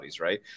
right